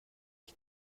ich